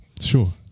Sure